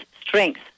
strength